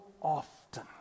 often